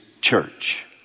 church